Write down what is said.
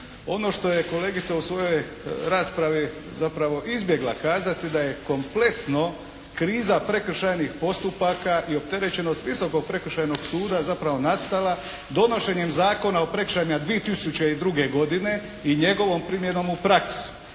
Ono što je kolegica u svojoj raspravi zapravo izbjegla kazati da je kompletno kriza prekršajnih postupaka i opterećenost Visokog prekršajnog suda zapravo nastala donošenjem Zakona o prekršajima 2002. godine i njegovom primjenom u praksi.